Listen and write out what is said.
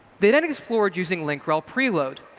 they then explored using link rel preload.